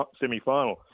semi-final